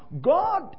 God